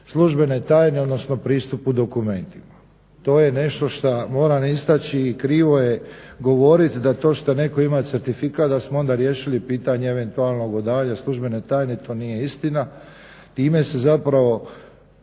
službene tajne odnosno pristup dokumentima. To je ono što moram istaći i krivo je govoriti da to što netko ima certifikat da smo onda riješili pitanje eventualnog odavanja služene tajne to nije istina. Time se zapravo